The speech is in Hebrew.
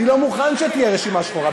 אני לא מוכן שתהיה רשימה שחורה.